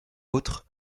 autres